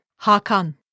Hakan